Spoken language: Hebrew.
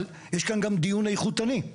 אבל יש כאן גם דיור איכותני.